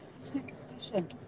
Superstition